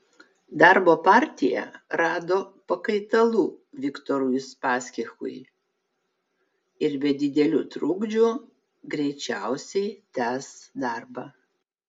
darbo partija rado pakaitalų viktorui uspaskichui ir be didelių trukdžių greičiausiai tęs darbą